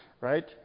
Right